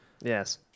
Yes